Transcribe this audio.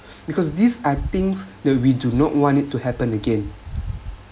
because these are things that we do not want it to happen again